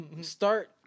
Start